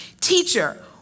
Teacher